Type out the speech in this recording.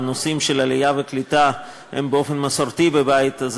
הנושאים של עלייה וקליטה הם באופן מסורתי בבית הזה